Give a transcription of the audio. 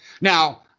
Now